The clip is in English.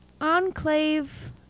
enclave